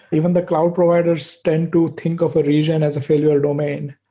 even the cloud providers tend to think of a region as a failure domain.